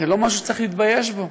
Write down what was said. זה לא משהו שצריך להתבייש בו.